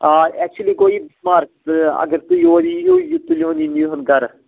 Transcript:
آ اٮ۪کچُؤلی گوٚو یہِ بٮ۪مار تہٕ اَگر تُہۍ یور ییٖہوٗ یہِ تُلۍہوٗن یہِ نیٖہوٗن گَرٕ